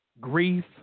grief